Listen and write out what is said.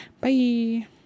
Bye